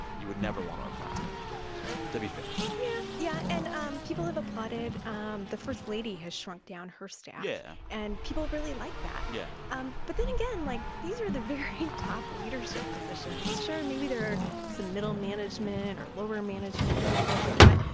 you would never want to appoint some of those jobs, right? to be fair yeah, yeah. and um people have applauded um the first lady has shrunk down her staff. yeah. and people really like that, yeah um but then again, like, these are the very top leadership positions. sure, maybe there are some middle management or lower management or things like that,